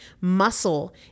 Muscle